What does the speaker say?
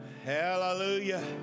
Hallelujah